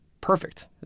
Perfect